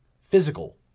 physical